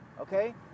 Okay